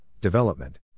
development